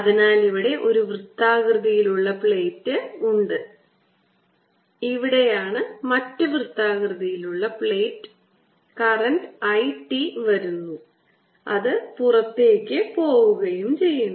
അതിനാൽ ഇവിടെ ഒരു വൃത്താകൃതിയിലുള്ള പ്ലേറ്റ് ഉണ്ട് ഇവിടെയാണ് മറ്റ് വൃത്താകൃതിയിലുള്ള പ്ലേറ്റ് കറന്റ് I t വരുന്നു അത് പുറത്തേക്ക് പോകുകയും ചെയ്യുന്നു